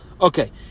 Okay